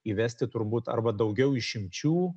įvesti turbūt arba daugiau išimčių